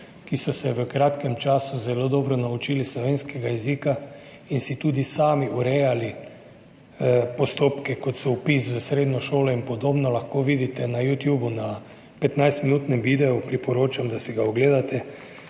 ki so se v kratkem času zelo dobro naučili slovenskega jezika in si tudi sami urejali postopke, kot so vpis v srednjo šolo in podobno. Lahko vidite na YouTubu na 15-minutnem videu, priporočam, da si ga ogledate,